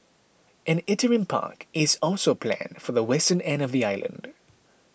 an interim park is also planned for the western end of the island